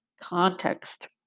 Context